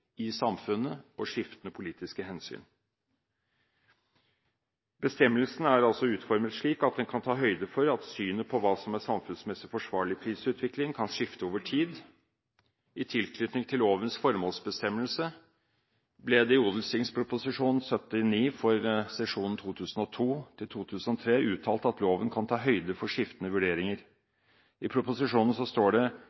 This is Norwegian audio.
i samfunnet og skiftende politiske hensyn. Bestemmelsen er altså utformet slik at den kan ta høyde for at synet på hva som er en samfunnsmessig forsvarlig prisutvikling, kan skifte over tid. I tilknytning til lovens formålsbestemmelse ble det i Ot.prp. nr. 79 for 2002–2003 uttalt at loven kan ta høyde for skiftende vurderinger.